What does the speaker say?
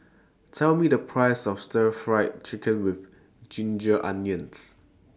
Tell Me The Price of Stir Fried Chicken with Ginger Onions